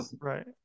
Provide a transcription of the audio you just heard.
Right